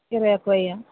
ఇరవై ఒక్క వెయ్య